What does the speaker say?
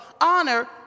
honor